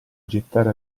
gettare